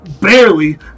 barely